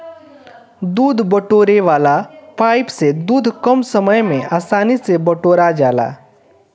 दूध बटोरे वाला पाइप से दूध कम समय में आसानी से बटोरा जाला